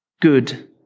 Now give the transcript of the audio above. good